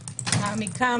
מעמיקה,